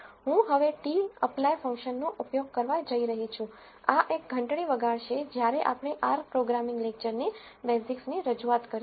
હું હવે tapply ફંક્શનનો ઉપયોગ કરવા જઈ રહી છું આ એક ઘંટડી વગાડશે જયારે આપણે આર પ્રોગ્રામિંગ લેક્ચરની બેઝિક્સની રજૂઆત કરીશું